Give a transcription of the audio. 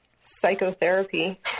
psychotherapy